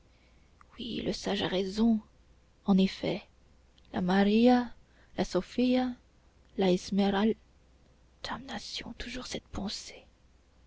oui le sage a raison en effet la maria la sophia la esmeral damnation toujours cette pensée